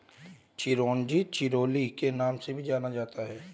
चिरोंजी चिरोली के नाम से भी जाना जाता है